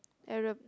Arab